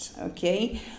okay